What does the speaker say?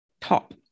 top